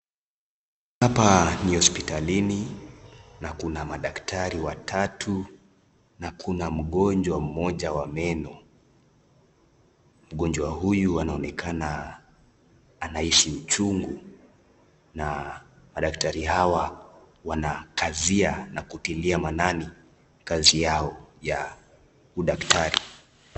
Hapa ni hosipitalini, na kuna daktari watatu, na Kuna mgonjwa moja wa meno. Mgonjwa huyu anaonekana anahisi uchungu, na madaktari hawa wanakazia na kutilia maanani kazi yao ya udaktari.